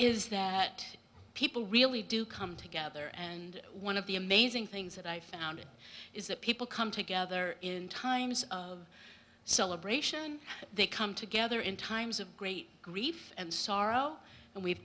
is that people really do come together and one of the amazing things that i found is that people come together in times of celebration they come together in times of great grief and sorrow and we'